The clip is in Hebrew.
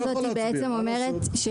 בעצם אומרת,